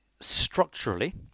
structurally